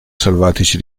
selvatici